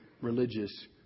religious